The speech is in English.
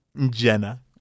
Jenna